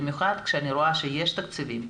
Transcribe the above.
במיוחד כשאני רואה שיש תקציבים,